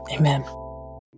Amen